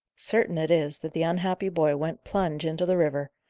certain it is, that the unhappy boy went plunge into the river,